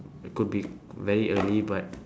could be very early but